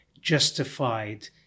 justified